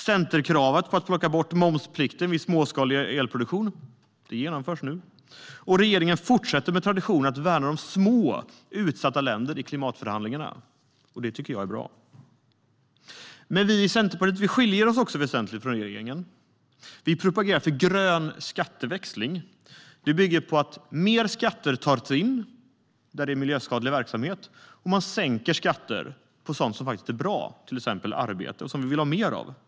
Centerkravet på att ta bort momsplikten vid småskalig elproduktion genomförs nu. Regeringen fortsätter traditionen med att värna små utsatta länder i klimatförhandlingarna. Det tycker jag är bra. Men vi i Centerpartiet skiljer oss också väsentligt från regeringen. Vi propagerar för grön skatteväxling. Det bygger på att mer skatter tas in från miljöskadlig verksamhet medan man sänker skatter på sådant som är bra och som vi vill ha mer av, till exempel arbete.